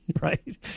right